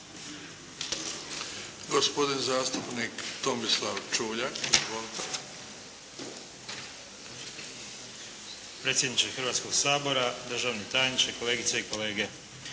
Gospodin zastupnik Tomislav Čuljak. Izvolite. **Čuljak, Tomislav (HDZ)** Predsjedniče Hrvatskog sabora, državni tajniče, kolegice i kolege.